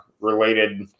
related